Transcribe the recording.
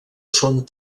són